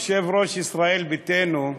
יושב-ראש ישראל ביתנו,